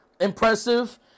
impressive